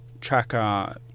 Tracker